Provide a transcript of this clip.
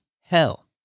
hell